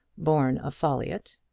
born a folliott,